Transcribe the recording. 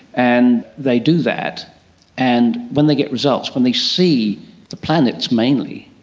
and they do that and when they get results, when they see the planets mainly,